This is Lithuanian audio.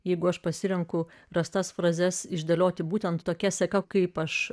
jeigu aš pasirenku paprastas frazes išdėlioti būtent tokia seka kaip aš